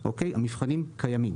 המבחנים קיימים.